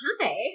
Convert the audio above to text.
Hi